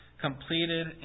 completed